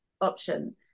option